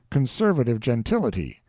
conservative gentility,